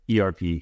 ERP